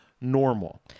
normal